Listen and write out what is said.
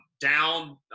Down